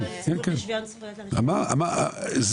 אני אמרתי את זה,